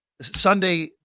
Sunday